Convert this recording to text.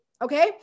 Okay